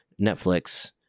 Netflix